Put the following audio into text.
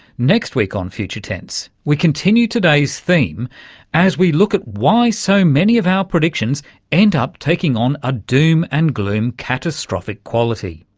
next week on future tense we continue today's theme as we look at why so many of our predictions end up taking on a doom and gloom catastrophic quality.